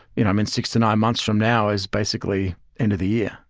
you know i mean six to nine months from now is basically end of the year.